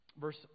Verse